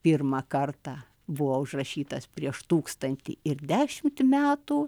pirmą kartą buvo užrašytas prieš tūkstantį ir dešimtį metų